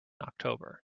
october